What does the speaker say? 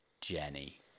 Jenny